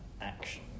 action